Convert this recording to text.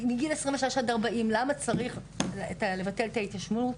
מגיל 26-40, למה צריך לבטל את ההתיישנות.